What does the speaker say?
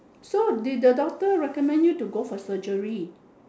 so did the doctor recommend you to go for surgery